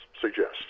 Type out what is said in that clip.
suggests